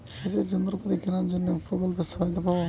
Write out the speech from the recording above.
সেচের যন্ত্রপাতি কেনার জন্য কি প্রকল্পে সহায়তা পাব?